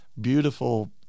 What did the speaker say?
beautiful